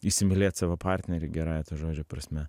įsimylėt savo partnerį gerąja to žodžio prasme